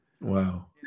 Wow